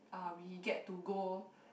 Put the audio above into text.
uh we get to go